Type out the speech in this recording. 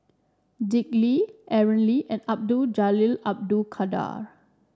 Dick Lee Aaron Lee and Abdul Jalil Abdul Kadir